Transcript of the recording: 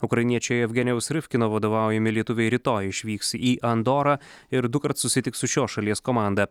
ukrainiečio jevgenijaus rifkino vadovaujami lietuviai rytoj išvyks į andorą ir dukart susitiks su šios šalies komanda